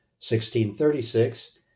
1636